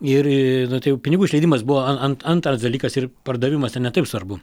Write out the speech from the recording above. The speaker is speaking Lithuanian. ir nu tai jau pinigų išleidimas buvo an an antras dalykas ir pardavimas yra ne taip svarbu